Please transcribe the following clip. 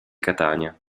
catania